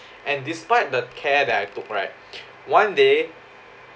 and despite the care that I took right one day